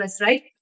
right